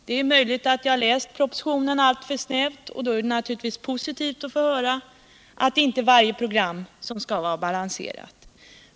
Det är möjligt att jag har läst propositionen alltför snävt, och då är det naturligtvis positivt att få höra att det inte är varje program som skall vara balanserat.